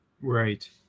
Right